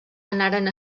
anaren